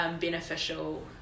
beneficial